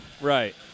Right